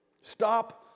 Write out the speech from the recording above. Stop